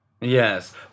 Yes